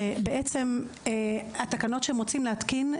שבעצם התקנות שהם רוצים להתקין,